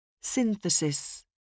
Synthesis